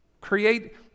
Create